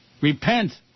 Repent